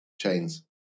chains